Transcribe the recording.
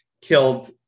killed